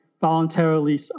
voluntarily